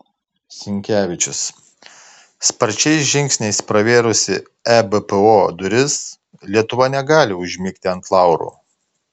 sinkevičius sparčiais žingsniais pravėrusi ebpo duris lietuva negali užmigti ant laurų